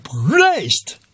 raised